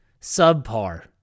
subpar